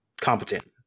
competent